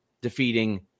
defeating